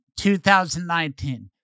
2019